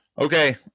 Okay